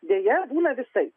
deja būna visaip